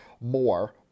more